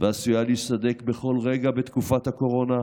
ועשויה להיסדק בכל רגע בתקופת הקורונה,